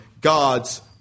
God's